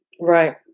right